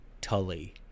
Tully